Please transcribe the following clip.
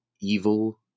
evil